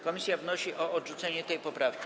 Komisja wnosi o odrzucenie tej poprawki.